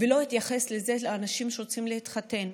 לא התייחס לאנשים שרוצים להתחתן,